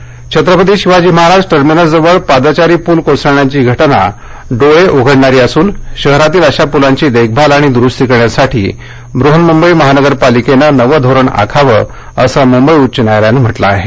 मुंबई उच्च न्यायालय छत्रपती शिवाजी महाराज टर्मिनस जवळ पादचारी पूल कोसळण्याची घटना डोळे उघडणारी असून शहरातील अश्या पुलांची देखभाल आणि दुरुस्ती करण्यासाठी बृहन्मुंबई महानगर पालिकेनं नवं धोरण आखावं असं मुंबई उच्च न्यायालयानं म्हंटल आहे